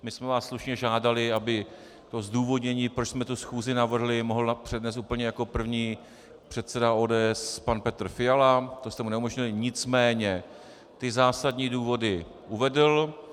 My jsme vás slušně žádali, aby zdůvodnění, proč jsme tu schůzi navrhli, mohl přednést úplně jako první předseda ODS pan Petr Fiala, to jste mu neumožnili, nicméně zásadní důvody uvedl.